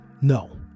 No